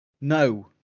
No